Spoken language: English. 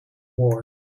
war